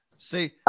see